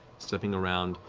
stepping around,